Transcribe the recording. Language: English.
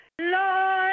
Lord